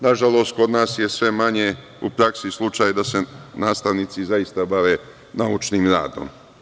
Nažalost, kod nas je sve manje u praksi slučaj da se nastavnici zaista bave naučnim radom.